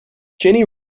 jenny